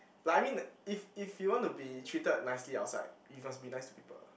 like I mean if if you want to be treated nicely outside you must be nice to people